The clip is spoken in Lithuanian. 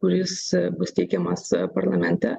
kuris bus teikiamas parlamente